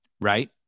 Right